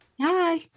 Hi